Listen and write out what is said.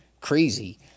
crazy